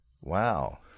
Wow